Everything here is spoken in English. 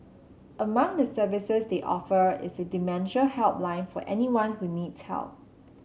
among the services they offer is a dementia helpline for anyone who needs help